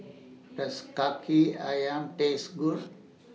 Does Kaki Ayam Taste Good